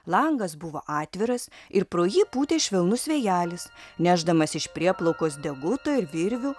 langas buvo atviras ir pro jį pūtė švelnus vėjelis nešdamas iš prieplaukos deguto ir virvių